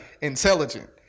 intelligent